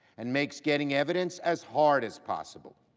and makes getting evidence as hard as possible.